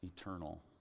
eternal